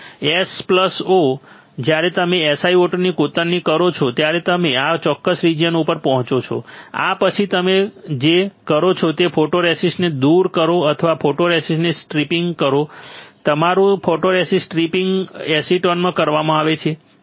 SO જ્યારે તમે SiO2 ની કોતરણી કરો છો ત્યારે તમે આ ચોક્કસ રીજીયન ઉપર પહોંચો છો આ પછી તમે જે કરો છો તે ફોટોરેસિસ્ટને દૂર કરો અથવા ફોટોરેસિસ્ટને સ્ટ્રિપિંગ કરો તમારું ફોટોરેસિસ્ટ સ્ટ્રીપિંગ એસિટોનમાં કરવામાં આવે છે